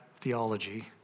theology